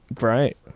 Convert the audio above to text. Right